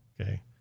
Okay